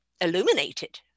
illuminated